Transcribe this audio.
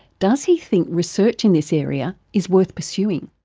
does he think research in this area is worth pursuing?